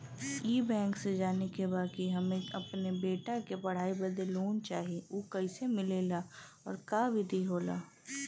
ई बैंक से जाने के बा की हमे अपने बेटा के पढ़ाई बदे लोन चाही ऊ कैसे मिलेला और का विधि होला?